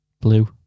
blue